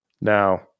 Now